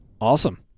Awesome